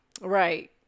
Right